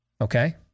okay